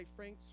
Frank